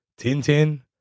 Tintin